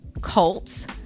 cults